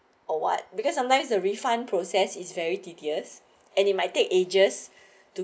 or what because sometimes the refund process is very tedious and it might take ages to